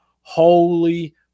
Holy